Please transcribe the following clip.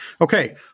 Okay